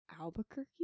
Albuquerque